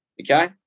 okay